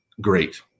great